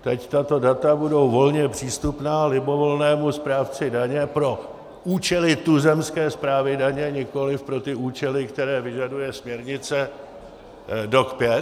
Teď tato data budou volně přístupná libovolnému správci daně pro účely tuzemské správy daně, nikoliv pro účely, které vyžaduje směrnice DAC 5.